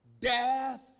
Death